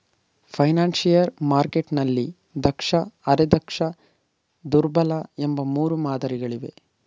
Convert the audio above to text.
financial ಮಾರ್ಕೆಟ್ನಲ್ಲಿ ದಕ್ಷ, ಅರೆ ದಕ್ಷ, ದುರ್ಬಲ ಎಂಬ ಮೂರು ಮಾದರಿ ಗಳಿವೆ